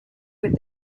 with